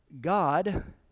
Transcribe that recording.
God